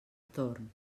torn